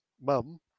mum